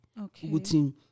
Okay